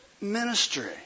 Ministry